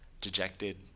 dejected